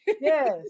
Yes